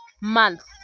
month